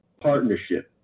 partnership